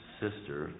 sister